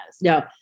No